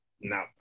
no